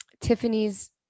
Tiffany's